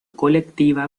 colectiva